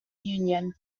union